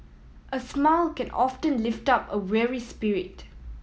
a smile can often lift up a weary spirit